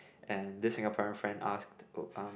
and this Singaporean friend asked um